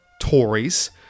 Tories